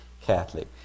Catholic